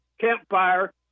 campfire